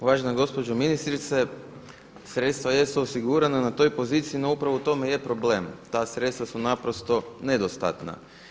Uvažena gospođo ministrice, sredstva jesu osigurana na toj poziciji no upravo u tome je problem, ta sredstva su naprosto nedostatna.